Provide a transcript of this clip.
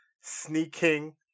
sneaking